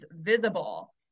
visible